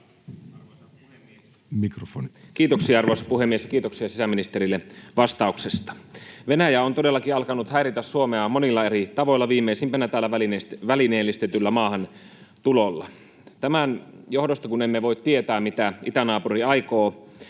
Kiitoksia, arvoisa puhemies! Kiitoksia sisäministerille vastauksesta. Venäjä on todellakin alkanut häiritä Suomea monilla eri tavoilla, viimeisimpänä tällä välineellistetyllä maahantulolla. Tämän johdosta, kun emme voi tietää, mitä itänaapuri aikoo,